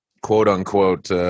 quote-unquote